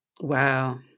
Wow